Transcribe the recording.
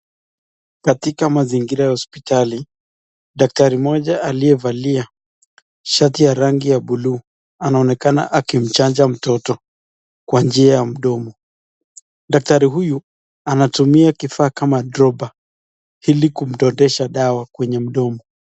Katika mazingira ya hospitali daktari moja aliyevalia shati ya rangi ya buluu anaonekana akimchanja mtoto kwa njia ya mndomo daktari huyu anatumia kifaaa kama tropa hili kumdotesha dawa kwa mndomo.